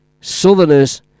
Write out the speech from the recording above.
Southerners